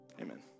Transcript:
Amen